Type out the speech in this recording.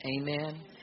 Amen